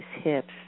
hips